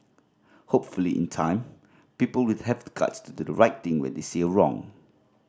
hopefully in time people will have the guts to do the right thing when they see a wrong